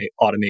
automate